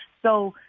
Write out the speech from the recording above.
so,